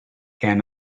can